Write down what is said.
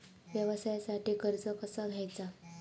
व्यवसायासाठी कर्ज कसा घ्यायचा?